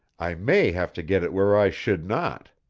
i may have to get it where i should not.